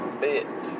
bit